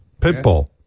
Pitbull